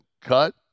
cut